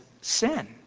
sin